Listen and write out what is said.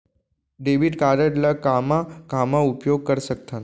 Debit card ला कामा कामा उपयोग कर सकथन?